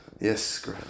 yes